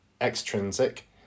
extrinsic